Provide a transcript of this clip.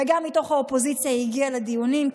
וגם מתוך האופוזיציה היא הגיעה לדיונים,